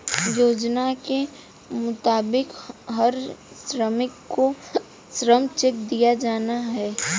योजना के मुताबिक हर श्रमिक को श्रम चेक दिया जाना हैं